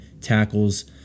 tackles